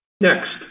Next